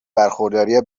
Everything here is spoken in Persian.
برخورداری